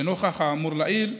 לנוכח האמור לעיל,